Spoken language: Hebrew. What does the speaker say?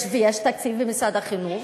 יש ויש תקציב במשרד החינוך.